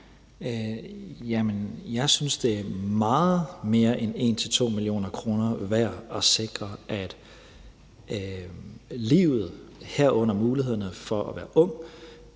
Jamen jeg synes, det er meget mere end 1-2 mio. kr. værd at sikre, at livet, herunder mulighederne for at være ung,